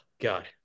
God